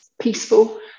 peaceful